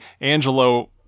Angelo